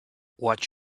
watch